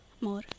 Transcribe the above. more